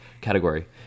category